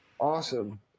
Awesome